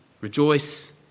rejoice